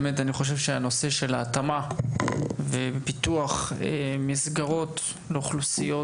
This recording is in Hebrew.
אני באמת חושב שהנושא של התאמה ושל פיתוח מסגרות לאוכלוסיות